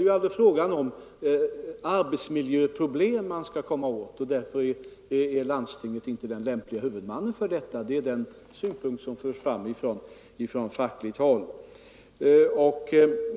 Det är ju arbetsmiljöproblemen man vill komma åt, och därför är landstinget inte den lämpliga huvudmannen. —- Detta är den synpunkt som förts fram från fackligt håll.